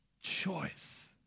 choice